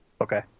Okay